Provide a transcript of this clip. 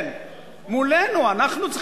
לא מול הרשות הפלסטינית.